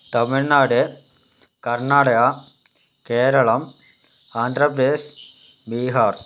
Tamil Nadu Karnataka Keralam Andhra Pradesh Bihar